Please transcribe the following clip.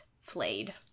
flayed